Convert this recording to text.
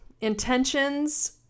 Intentions